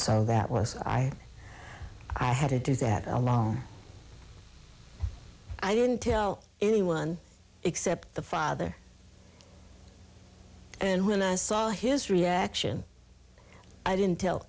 so that was i i had to do that alone i didn't tell anyone except the father and when i saw his reaction i didn't tell